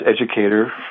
educator